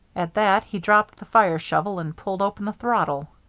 at that he dropped the fire shovel and pulled open the throttle.